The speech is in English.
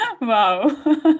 wow